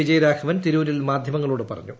വിജയരാഘവൻ തിരൂരിൽ മാധ്യമങ്ങളോട് പറഞ്ഞു